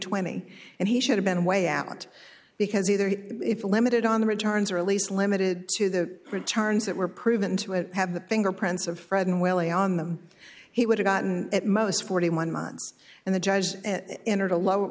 twenty and he should have been way out because either he if limited on the returns or at least limited to the returns that were proven to have the fingerprints of fred and willie on them he would have gotten at most forty one months and the judge entered a low